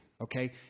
okay